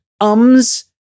ums